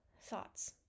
thoughts